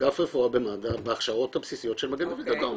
אגף רפואה במד"א בהכשרות הבסיסיות של מגן דוד אדום,